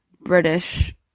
British